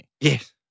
Yes